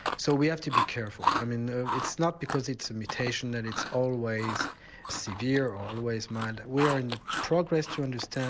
so we have to be careful, i mean it's not because it's a mutation that it's always severe or always mild, we're in the progress to understand.